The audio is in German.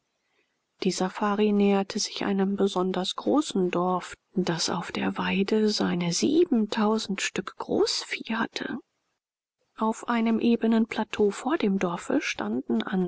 die safari näherte sich einem besonders großen dorf das auf der weide seine siebentausend stück großvieh hatte auf einem ebenen plateau vor dem dorfe standen an